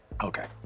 Okay